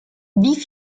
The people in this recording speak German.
wie